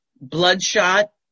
Bloodshot